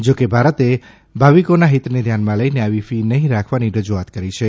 જોકે ભારતે ભાવિકોના હિતને ધ્યાનમાં લઈને આવી ફી નહિં રાખવાની રજુઆત કરી છે